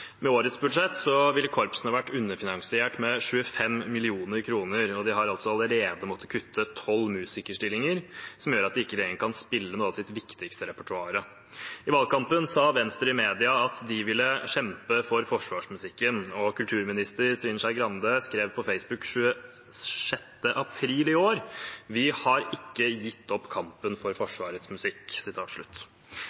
Med årets budsjett ville korpsene vært underfinansiert med 25 mill. kr, og de har allerede måttet kutte tolv musikerstillinger, noe som gjør at de ikke lenger kan spille noe av sitt viktigste repertoar. I valgkampen sa Venstre i media at de ville kjempe for forsvarsmusikken, og kulturminister Trine Skei Grande skrev på Facebook 26. april i år: «Vi har ikke gitt opp kampen for